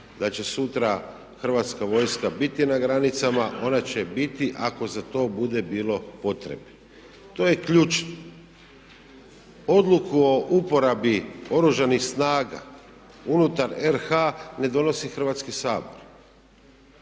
da će sutra hrvatska vojska biti na granicama. Ona će biti ako za to bude bilo potrebe. To je ključno. Odluku o uporabi Oružanih snaga unutar RH ne donosi Hrvatski sabor.